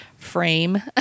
frame